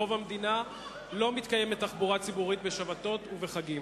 ברוב המדינה לא מתקיימת תחבורה ציבורית בשבתות ובחגים.